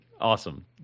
awesome